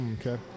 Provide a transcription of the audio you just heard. Okay